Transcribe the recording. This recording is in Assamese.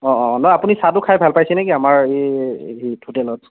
অঁ অঁ নহয় আপুনি চাহটো খাই ভাল পাইছে নে কি আমাৰ এই হোটেলত